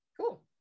cool